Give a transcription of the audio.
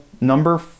number